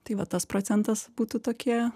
tai va tas procentas būtų tokie